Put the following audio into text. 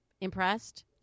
impressed